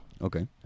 Okay